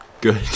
good